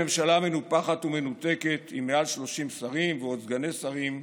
בממשלה מנופחת ומנותקת עם מעל 30 שרים ועוד סגני שרים,